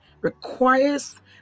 requires